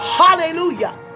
hallelujah